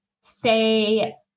say